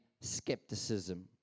skepticism